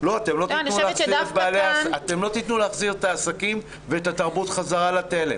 לא תתנו להחזיר את העסקים ואת התרבות חזרה לתלם.